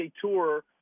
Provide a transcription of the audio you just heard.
Tour